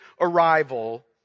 arrival